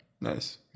Nice